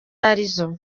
arizo